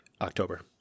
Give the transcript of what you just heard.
October